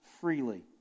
freely